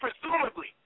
presumably